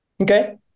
okay